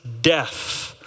death